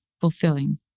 fulfilling